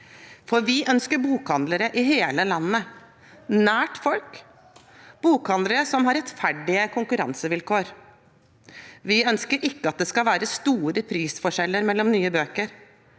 Vi ønsker bokhandlere i hele landet, nær folk, bokhandlere som har rettferdige konkurransevilkår. Vi ønsker ikke at det skal være store prisforskjeller mellom nye bøker.